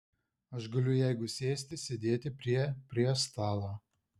aš galiu jeigu sėsti sėdėti prie prie stalo